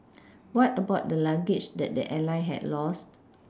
what about the luggage that the airline had lost